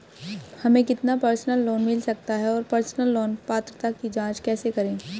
हमें कितना personal loan मिल सकता है और पर्सनल लोन पात्रता की जांच कैसे करें?